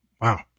Wow